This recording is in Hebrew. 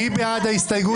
מי בעד ההסתייגות?